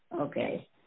Okay